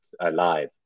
alive